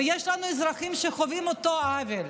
ויש לנו אזרחים שחווים את אותו עוול,